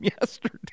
yesterday